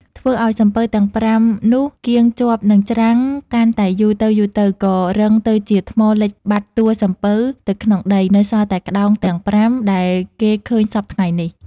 ធ្វើឲ្យសំពៅទាំង ៥ នោះកឿងជាប់នឹងច្រាំងកាន់តែយូរទៅៗ ក៏រឹងទៅជាថ្មលិចបាត់តួសំពៅទៅក្នុងដី នៅសល់តែក្ដោងទាំង ៥ ដែលគេឃើញសព្វថ្ងៃនេះ ។